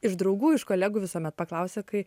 iš draugų iš kolegų visuomet paklausia kai